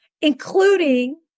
including